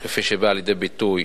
כפי שבאה לידי ביטוי